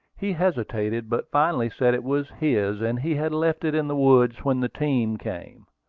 he hesitated but finally said it was his, and he had left it in the woods when the team came.